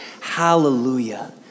Hallelujah